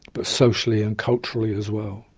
but socially and culturally as well.